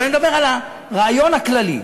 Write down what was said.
אבל אני מדבר על הרעיון הכללי.